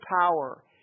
power